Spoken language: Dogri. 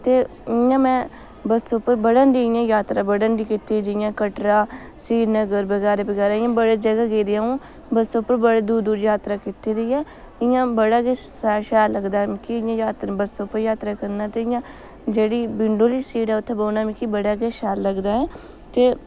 ते इ'यां में बस उप्पर बड़ा गेई आं जात्तरा बड़ी कीती जियां कटरा श्रीनगर बगैरा बगैरा इ'यां बड़ी जगह् गेदी अ'ऊं बस उप्पर बड़ी दूर दूर जात्तरा कीती दी ऐ इयां बड़ा गै शैल लगदा ऐ मिगी इयांं जात्तरा बस उप्पर जात्तरा करना ते इयां जेह्ड़ी विंडो आह्ली सीट उत्थें बौह्ना मिगी बड़ा गै शैल लगदा ऐ ते